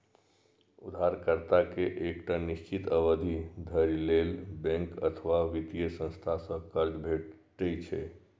उधारकर्ता कें एकटा निश्चित अवधि धरि लेल बैंक अथवा वित्तीय संस्था सं कर्ज भेटै छै